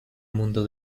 mundo